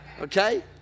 okay